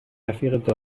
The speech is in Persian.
رفیق